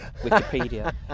Wikipedia